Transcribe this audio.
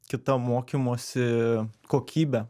kita mokymosi kokybė